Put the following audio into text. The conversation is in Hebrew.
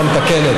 ושרת המשפטים